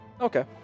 Okay